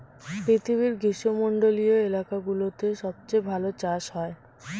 পৃথিবীর গ্রীষ্মমন্ডলীয় এলাকাগুলোতে সবচেয়ে ভালো চাষ হয়